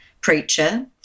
preacher